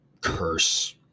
curse